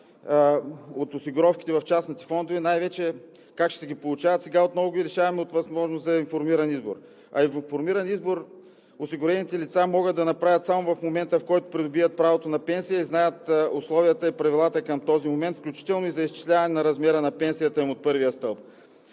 от осигуровките в частните фондове – най-вече как ще ги получават, сега отново ги лишаваме от възможност за информиран избор. А и информиран избор осигурените лица могат да направят само в момента, в който придобият правото на пенсия и знаят условията и правилата към този момент, включително и за изчисляване на размера на пенсията им от първия стълб.